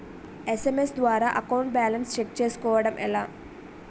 SMS ద్వారా account balance check చేసుకోవటం ఎలా?